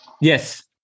Yes